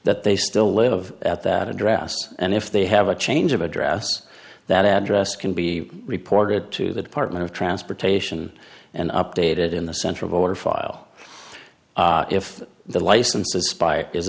that they still live at that address and if they have a change of address that address can be reported to the department of transportation and updated in the central voter file if the license to spy is